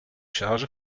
charge